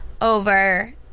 over